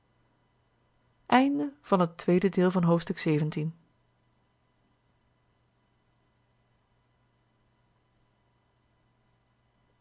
hield van het